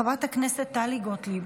חברת הכנסת טלי גוטליב,